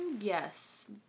Yes